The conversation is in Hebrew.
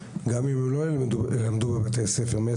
גם אם הם לא ילמדו בבתי ספר הם מקבלים